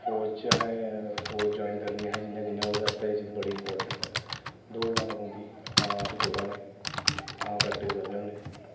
फौज च असें फौज असें जाइन करनी जियां कि'यां ओह्दे आस्तै एह् चीज़ बड़ी इंपार्टैंट ऐ दौड़ लाना पौंदी तां अस दौड़ा ने तां प्रैक्टिस करने होन्ने